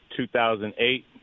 2008